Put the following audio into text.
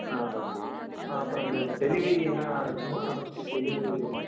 ஆ okay ஆ அப்புறம் அந்த டெலிவரியெல்லாம் இருக்குமா டெலிவரி